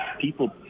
people